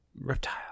Reptile